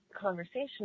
conversation